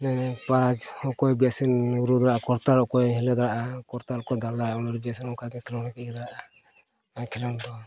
ᱢᱟᱱᱮ ᱯᱨᱟᱭᱤᱡᱽ ᱦᱚᱸ ᱚᱠᱚᱭ ᱵᱮᱥᱮ ᱫᱟᱲᱮᱭᱟᱜ ᱚᱠᱚᱭ ᱦᱤᱞᱟᱹᱣ ᱫᱟᱲᱮᱭᱟᱜᱼᱟ ᱠᱚᱨᱛᱟᱞ ᱠᱚ ᱫᱟᱞ ᱫᱟᱲᱮᱭᱟᱜᱼᱟ ᱩᱱᱤ ᱫᱚ ᱵᱮᱹᱥ ᱚᱱᱠᱟᱜᱮ ᱠᱷᱮᱞᱳᱰ ᱨᱮᱜᱮ ᱤᱭᱟᱹ ᱫᱟᱲᱮᱭᱟᱜ ᱟᱭ ᱠᱷᱮᱞᱳᱰ ᱫᱚ